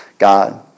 God